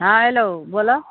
हँ हेलो बोलऽ